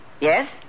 Yes